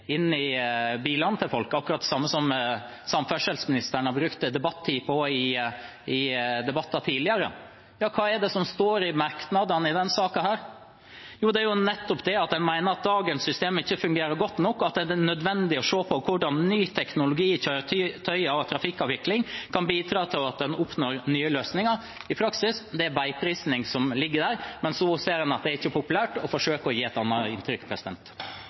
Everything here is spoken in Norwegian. inn i bilene til folk, akkurat det samme som samferdselsministeren har brukt tid på i debatter tidligere. Men hva er det som står i merknadene i denne saken? Jo, det er nettopp at en mener at dagens system ikke fungerer godt nok, og at det er nødvendig å se på hvordan ny teknologi i kjøretøy og trafikkavvikling kan bidra til at en oppnår nye løsninger. I praksis er det veiprising som ligger der, men så ser en at det ikke er populært, og forsøker å gi et annet inntrykk.